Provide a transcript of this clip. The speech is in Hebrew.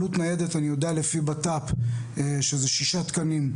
עלות ניידת אני יודע לפי בט"פ שזה שישה תקנים,